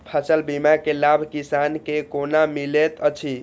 फसल बीमा के लाभ किसान के कोना मिलेत अछि?